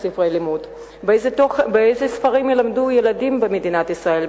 באיזה ספרים ילמדו ילדים במדינת ישראל.